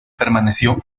permaneció